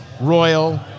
Royal